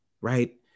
right